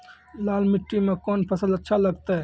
लाल मिट्टी मे कोंन फसल अच्छा लगते?